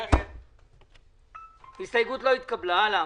נגד, קואליציה.